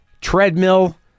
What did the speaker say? treadmill